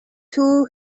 two